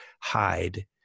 hide